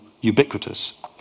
ubiquitous